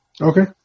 okay